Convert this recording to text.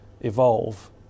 evolve